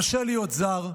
קשה להיות זר.